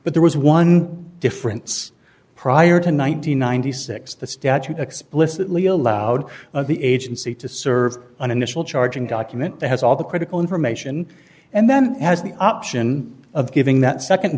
but there was one difference prior to nine hundred and ninety six the statute explicitly allowed the agency to serve an initial charging document that has all the critical information and then has the option of giving that